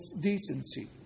decency